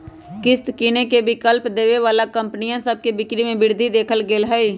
किस्त किनेके विकल्प देबऐ बला कंपनि सभ के बिक्री में वृद्धि देखल गेल हइ